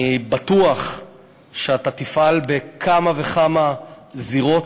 אני בטוח שאתה תפעל בכמה וכמה זירות,